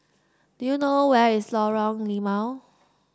do you know where is Lorong Limau